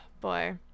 boy